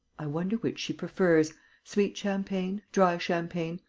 i wonder which she prefers sweet champagne, dry champagne,